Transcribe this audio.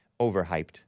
overhyped